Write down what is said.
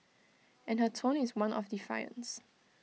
and her tone is one of defiance